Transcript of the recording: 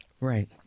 Right